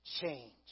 change